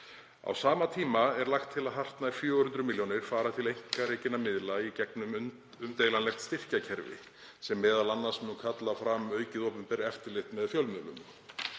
Á sama tíma er lagt til að hartnær 400 milljónir fari til einkarekinna miðla í gegnum umdeilanlegt styrkjakerfi sem m.a. mun kalla fram aukið opinbert eftirlit með fjölmiðlum.